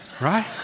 Right